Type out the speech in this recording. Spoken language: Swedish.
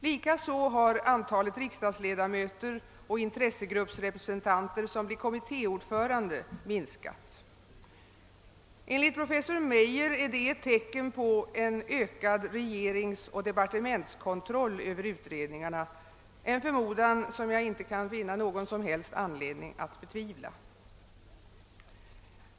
Likaså har antalet riksdagsledamöter och intressegruppsrepresentanter som blir kommittéordförande mins-: kat. Enligt professor Meijer är detta ett: tecken på ökad regeringsoch depär-:' tementskontroll över utredningarna, en förmodan som jag inte kan finna någon som helst anledning att betvivla.